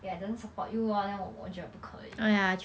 ya he doesn't support you orh then 我我觉得不可以